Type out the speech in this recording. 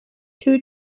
two